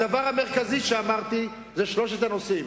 הדבר המרכזי שאמרתי הוא שלושת הנושאים: